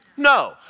No